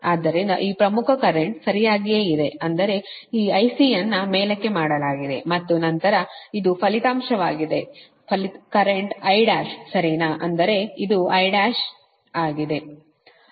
ಆದ್ದರಿಂದ ಈ ಪ್ರಮುಖ ಕರೆಂಟ್ವು ಸರಿಯಾಗಿಯೇ ಇದೆ ಅಂದರೆ ಈ IC ಯನ್ನು ಮೇಲಕ್ಕೆ ಮಾಡಲಾಗಿದೆ ಮತ್ತು ನಂತರ ಇದು ಫಲಿತಾಂಶವಾಗಿದೆ ಕರೆಂಟ್ I1 ಸರಿನಾ ಅಂದರೆ ಇದು I1 ಆಗಿದೆ